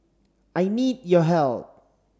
I need your help